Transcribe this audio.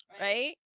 right